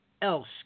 Else